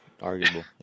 Arguable